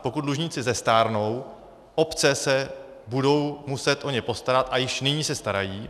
Pokud dlužníci zestárnou, obce se budou muset o ně postarat a již nyní se starají.